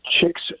chicks